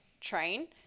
train